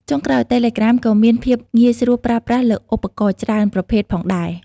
ចុងក្រោយ តេឡេក្រាមក៏មាន ភាពងាយស្រួលប្រើប្រាស់លើឧបករណ៍ច្រើន ប្រភេទផងដែរ។